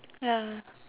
ya